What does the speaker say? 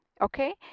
okay